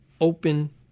open